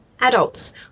adults